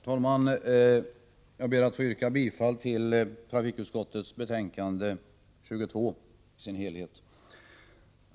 Herr talman! Jag ber att få yrka bifall till hemställan i trafikutskottets betänkande 22 i dess helhet.